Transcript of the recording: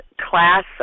class